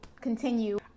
continue